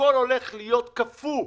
הכול הולך להיות קפוא.